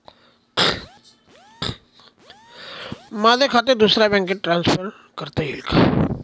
माझे खाते दुसऱ्या बँकेत ट्रान्सफर करता येईल का?